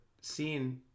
scene